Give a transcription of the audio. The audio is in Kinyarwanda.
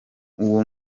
uwo